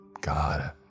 God